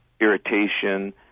irritation